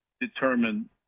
determine